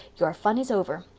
your fun is over.